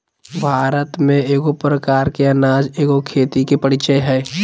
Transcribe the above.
भारत में एगो प्रकार के अनाज एगो खेती के परीचय हइ